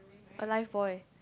a life buoy